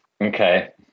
Okay